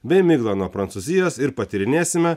bei miglą nuo prancūzijos ir patyrinėsime